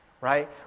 right